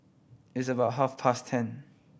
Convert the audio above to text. its about half past ten